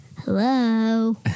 Hello